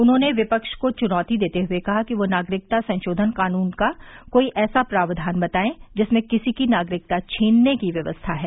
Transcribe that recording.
उन्होंने विपक्ष को चुनौती देते हुए कहा कि वे नागरिकता संशोधन कानून का कोई ऐसा प्रावधान बताएं जिसमें किसी की नागरिकता छीनने की व्यवस्था है